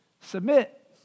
submit